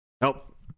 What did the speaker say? Nope